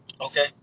Okay